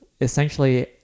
essentially